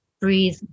breathe